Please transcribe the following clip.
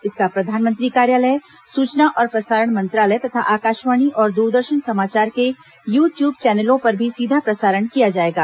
इसका प्रधानमंत्री कार्यालय सूचना और प्रसारण मंत्रालय तथा आकाशवाणी और दूरदर्शन समाचार के यू ट्यूब चैनलों पर भी सीधा प्रसारण किया जाएगा